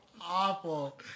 awful